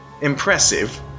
impressive